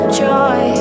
joy